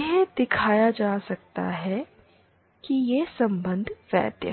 यह दिखाया जा सकता है कि यह संबंध वैध